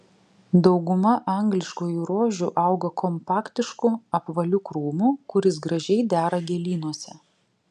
dauguma angliškųjų rožių auga kompaktišku apvaliu krūmu kuris gražiai dera gėlynuose